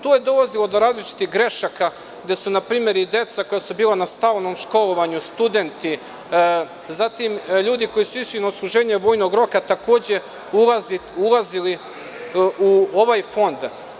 Tu je dolazilo do različitih grešaka gde su na primer i deca koja su bila na stalnom školovanju, studenti, zatim ljudi koji su išli na odsluženje vojnog roka, takođe ulazili u ovaj fond.